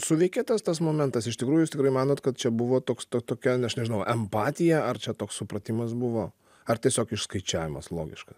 suveikė tas tas momentas iš tikrųjų jūs tikrai manot kad čia buvo toks to tokia aš nežinau empatija ar čia toks supratimas buvo ar tiesiog išskaičiavimas logiškas